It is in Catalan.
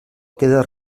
queda